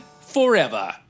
forever